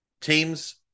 teams